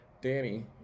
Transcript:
Danny